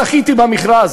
זכיתי במכרז,